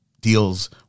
deals